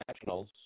Nationals